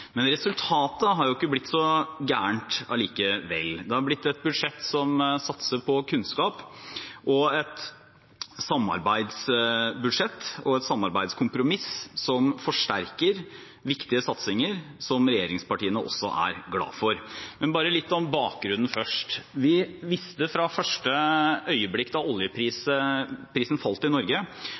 Men resultatet har jo ikke blitt så gærent allikevel. Det har blitt et budsjett som satser på kunnskap – et samarbeidsbudsjett og et samarbeidskompromiss som forsterker viktige satsinger, som regjeringspartiene også er glad for. Først litt om bakgrunnen: Vi visste fra første øyeblikk da oljeprisen i Norge